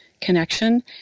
connection